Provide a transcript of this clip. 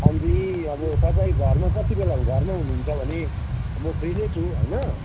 अब तपाईँ घरमा कति बेला हो घरमै हुनुहुन्छ भने म फ्री नै छु होइन